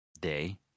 day